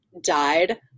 died